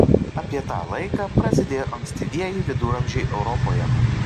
apie tą laiką prasidėjo ankstyvieji viduramžiai europoje